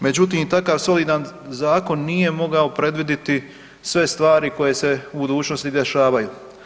Međutim, takav solidan zakon nije mogao predvidjeti sve stvari koje se u budućnosti dešavaju.